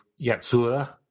Yatsura